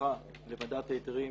שלחה לוועדת ההיתרים